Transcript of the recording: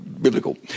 Biblical